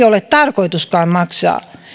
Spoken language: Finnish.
ole tarkoituskaan maksaa